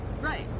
right